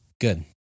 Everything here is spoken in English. Good